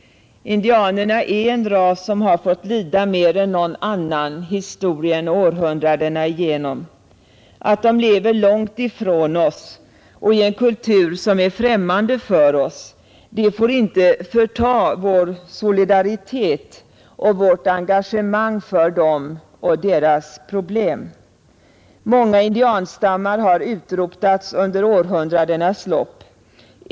Indianerna är en ras som har fått lida mer än någon annan historien och århundranden igenom. Att de lever långt ifrån oss och i en kultur som är främmande för oss får inte förta vår solidaritet och vårt engagemang för dem och deras problem. Många indianstammar har utrotats under århundradenas lopp.